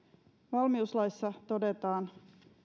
valmiuslaissa todetaan